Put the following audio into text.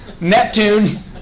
Neptune